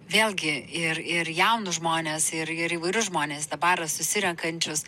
vėlgi ir ir jaunus žmones ir ir įvairius žmones į tą barą susirenkančius